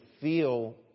feel